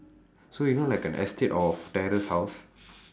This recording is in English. so you know like an estate of terrace house